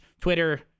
Twitter